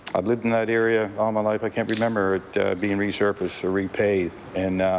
i've lived in that area all my life. i can't remember it being resurfaced or repaved, and